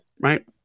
right